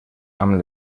amb